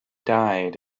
died